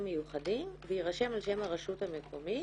מיוחדים ויירשם על שם הרשות המקומית.